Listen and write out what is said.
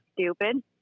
stupid